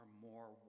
More